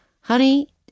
honey